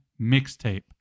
mixtape